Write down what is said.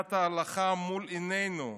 מדינת הלכה מול עינינו,